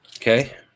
Okay